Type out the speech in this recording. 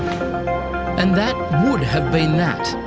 and that would have been that.